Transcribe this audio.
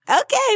Okay